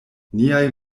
niaj